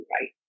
right